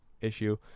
issue